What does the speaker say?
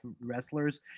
wrestlers